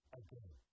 again